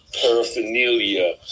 paraphernalia